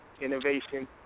innovation